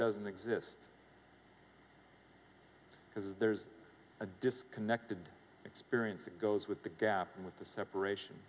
doesn't exist because there's a disconnect and experience it goes with the gap and with the separation